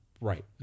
Right